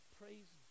praise